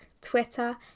Twitter